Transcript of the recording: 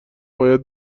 باید